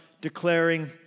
declaring